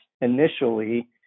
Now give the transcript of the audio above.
initially